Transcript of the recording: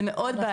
זה מאוד בעייתי.